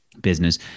business